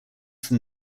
from